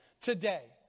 today